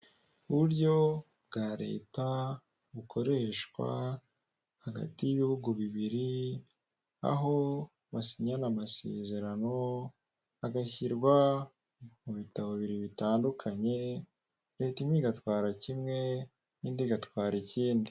Uburyo bwa Leta bukoreshwa hagati y'ibihugu bibiri, aho basinyana amasezerano agashyirwa mu bitabo bibiri bitandukanye, Leta imwe igatwara kimwe n'indi igatwara ikindi.